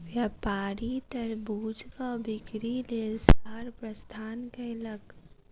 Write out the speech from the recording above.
व्यापारी तरबूजक बिक्री लेल शहर प्रस्थान कयलक